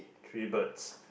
three birds